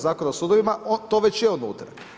Zakona o sudovima, to već je unutra.